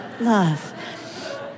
love